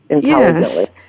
Yes